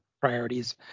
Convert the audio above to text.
priorities